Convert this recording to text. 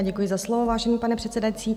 Děkuji za slovo, vážený paní předsedající.